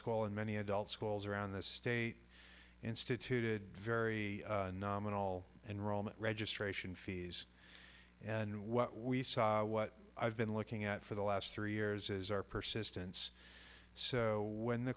call in many adult schools around this state instituted very nominal enrollment registration fees and what we saw what i've been looking at for the last three years is our persistence so when the